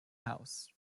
house